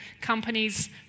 companies